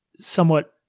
somewhat